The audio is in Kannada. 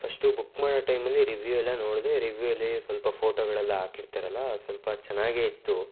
ಫಸ್ಟು ಬುಕ್ ಮಾಡೋ ಟೈಮಲ್ಲಿ ರಿವ್ಯೂ ಎಲ್ಲ ನೋಡಿದೆ ರಿವ್ಯೂವಲ್ಲಿ ಸ್ವಲ್ಪ ಫೋಟೋಗಳೆಲ್ಲ ಹಾಕಿರ್ತಾರಲ್ಲ ಸ್ವಲ್ಪ ಚೆನ್ನಾಗೆ ಇತ್ತು